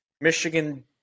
Michigan